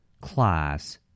class